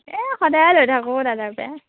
এ সদায়ে লৈ থাকোঁ দাদাৰ পৰা